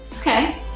Okay